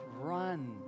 run